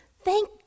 thank